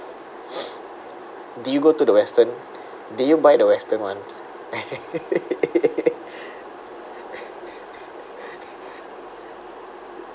did you go to the western did you buy the western one